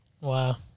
Wow